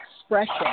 expression